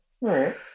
right